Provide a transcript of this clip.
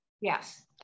yes